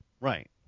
Right